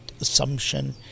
Assumption